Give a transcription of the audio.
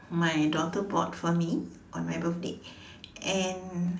my daughter bought for me on my birthday and